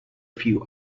few